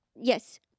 Yes